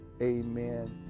amen